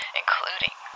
including